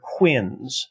quins